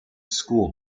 school